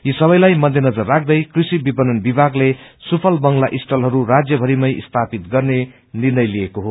यी सबैलाई मध्यनजर राख्दै कृषि विपण्न विभागले सुफल बंगला स्टालहरू राज्यभरिमै स्थापित गर्ने निर्णय लिएको हो